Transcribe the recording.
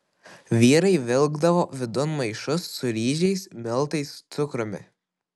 vyrai vilkdavo vidun maišus su ryžiais miltais cukrumi